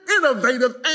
innovative